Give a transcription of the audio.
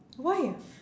why ah